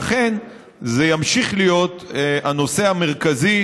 לכן זה ימשיך להיות הנושא המרכזי